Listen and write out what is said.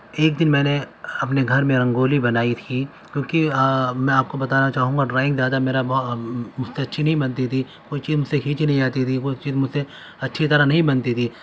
ایک دن میں نے اپنے گھر میں رنگولی بنائی تھی کیونکہ میں آپ کو بتانا چاہوں گا ڈرائنگ زیادہ میرا مجھ سے اچھی نہیں بنتی تھی کوئی چیز مجھ سے کھینچی نہیں جاتی تھی کوئی چیز مجھ سے اچھی طرح نہیں بنتی تھی